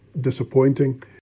Disappointing